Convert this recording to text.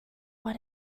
what